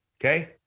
Okay